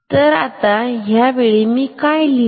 तरआताह्या वेळी मी काय लिहू